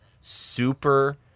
super